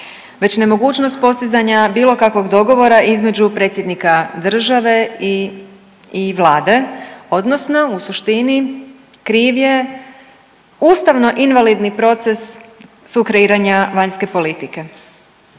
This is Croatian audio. već nemogućnost postizanja bilo kakvog dogovora između predsjednika države i vlade odnosno u suštini kriv je ustavno invalidni proces sukreiranja vanjske politike.